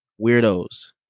Weirdos